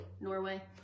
Norway